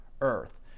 earth